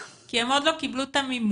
כי הם עוד לא קיבלו את המימון.